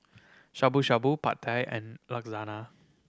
Shabu Shabu Pad Thai and Lasagna